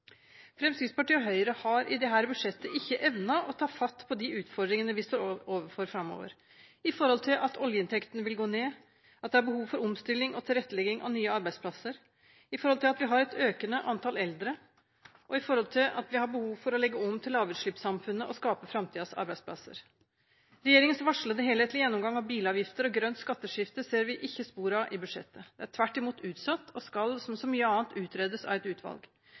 Fremskrittspartiet og Høyre har i dette budsjettet ikke evnet å ta fatt på de utfordringene vi står overfor framover, i forhold til at oljeinntektene vil gå ned, og at det er behov for omstilling og tilrettelegging av nye arbeidsplasser, i forhold til at vi har et økende antall eldre, og i forhold til at vi har behov for å legge om til lavutslippssamfunnet og skape framtidens arbeidsplasser. Regjeringens varslede helhetlige gjennomgang av bilavgifter og grønt skatteskifte ser vi ikke spor av i budsjettet. Det er tvert imot utsatt og skal – som så mye annet – utredes av et utvalg.